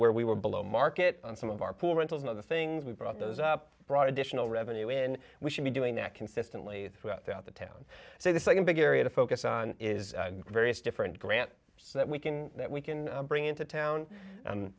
where we were below market on some of our poor rentals in other things we brought those up brought additional revenue and we should be doing that consistently throughout throughout the town so the second big area to focus on is various different grant so that we can that we can bring into town